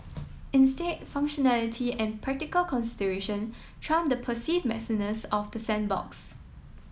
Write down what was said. instead functionality and practical consideration trump the perceived messiness of the sandbox